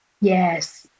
Yes